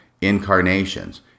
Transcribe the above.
incarnations